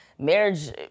Marriage